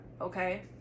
okay